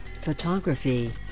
photography